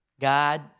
God